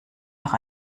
noch